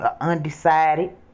Undecided